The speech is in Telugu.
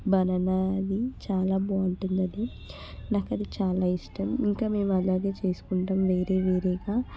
బనానా అది చాలా బాగుంటుంది అది నాకు అది చాలా ఇష్టం ఇంక మేము అలాగే చేసుకుంటాం వేరే వేరేగా